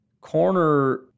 Corner